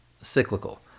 cyclical